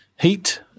heat